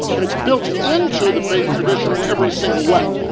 and it's built into the faith tradition in every single way.